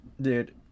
dude